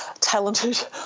talented